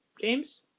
James